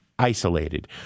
Isolated